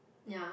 ya